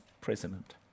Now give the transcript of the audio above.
president